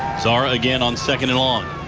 again on second and long.